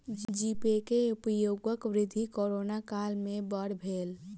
जी pay के उपयोगक वृद्धि कोरोना काल में बड़ भेल